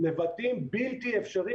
ונבטים בלתי אפשרי,